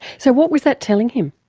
so what was that telling him?